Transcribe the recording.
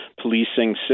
policing